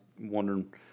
wondering